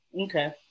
Okay